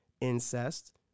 incest